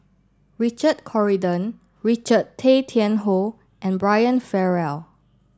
Richard Corridon Richard Tay Tian Hoe and Brian Farrell